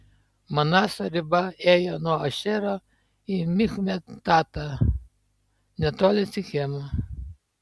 manaso riba ėjo nuo ašero į michmetatą netoli sichemo